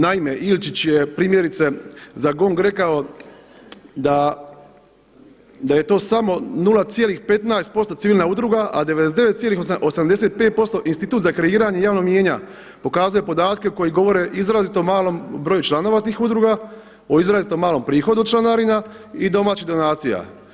Naime, Ilčić je primjerice za GONG rekao da je to samo 0,15% civilna udruga a 99,85% institut za kreiranje javnog mijenja, pokazuje podatke koji govore o izrazito malom broju članova tih udruga, o izrazito malom prihodu od članarina i domaćih donacija.